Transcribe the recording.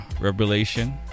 Revelation